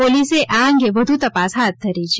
પોલીસે આ અંગે વધુ તાપાસ હાથ ધરી છે